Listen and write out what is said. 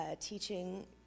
teaching